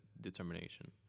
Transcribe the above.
determination